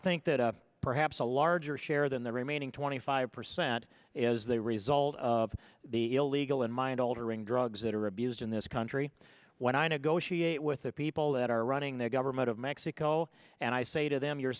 think that perhaps a larger share than the remaining twenty five percent is the result of the illegal in mind altering drugs that are abused in this country when i negotiate with the people that are running their vermont of mexico and i say to them you're